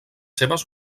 seves